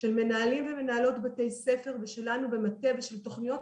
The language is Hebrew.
של מנהלים ומנהלות בתי הספר ושלנו במטה ושל תוכניות